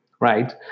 right